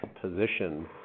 position